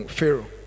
Pharaoh